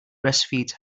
breastfeeds